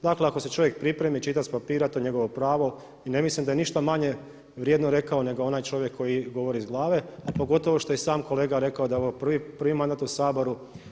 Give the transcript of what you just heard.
Dakle, ako se čovjek pripremi i čita s papira to je njegovo pravo i ne mislim da je ništa manje vrijedno rekao nego onaj čovjek koji govori iz glave, a pogotovo što je i sam kolega rekao da je ovo prvi mandat u Saboru.